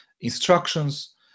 instructions